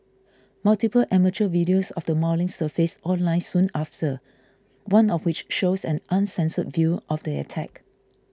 multiple amateur videos of the mauling surfaced online soon after one of which shows an uncensored view of the attack